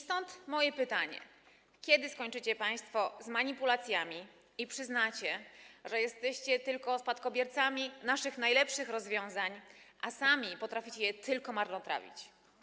Stąd moje pytanie: Kiedy skończycie państwo z manipulacjami i przyznacie, że jesteście tylko spadkobiercami naszych najlepszych rozwiązań, które sami potraficie tylko marnotrawić?